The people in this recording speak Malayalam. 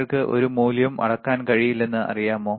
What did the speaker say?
നിങ്ങൾക്ക് ഒരു മൂല്യവും അളക്കാൻ കഴിയില്ലെന്ന് അറിയാമോ